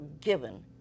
given